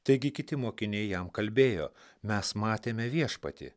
taigi kiti mokiniai jam kalbėjo mes matėme viešpatį